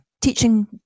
Teaching